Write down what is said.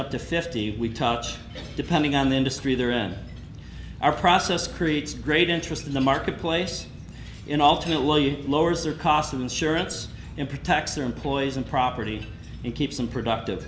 up to fifty we touch depending on the industry they're in our process creates great interest in the marketplace in alternately lowers their cost of insurance and protect their employees and property and keeps them productive